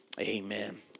amen